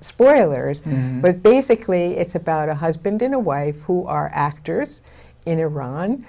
spoilers but basically it's about a husband and a wife who are actors in iran